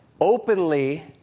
openly